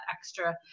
extra